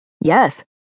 Yes